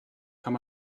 kann